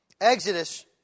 Exodus